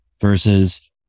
versus